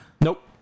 Nope